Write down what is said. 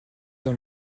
dans